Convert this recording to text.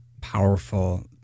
powerful